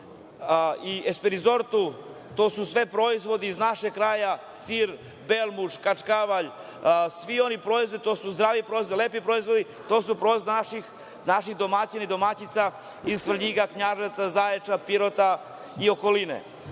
i „SP Resortu“ to su sve proizvodi iz našeg kraja, sir, belmuš, kačkavalj, svi oni proizvodi to su zdravi proizvodi, lepi proizvodi, to su proizvodi naših domaćina i domaćica iz Svrljiga, Knjaževca, Zaječara, Pirota i